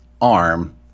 arm